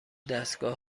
دستگاه